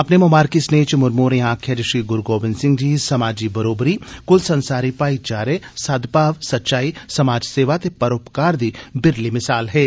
अपने ममारकी सनेए च मुर्मू होरें आक्खेआ जे श्री गुरू गोबिंद सिंह जी समाजी बरोबरी कुलसंसारी भाई चारे सद्भाव सच्चाई समाज सेवा ते परोपकार दी बिरली मिसाल हे